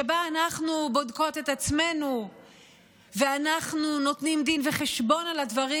שבה אנחנו בודקות את עצמנו ואנחנו נותנים דין וחשבון על הדברים,